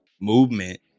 movement